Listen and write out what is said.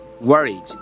worried